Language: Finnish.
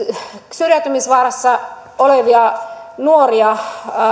syrjäytymisvaarassa olevia nuoria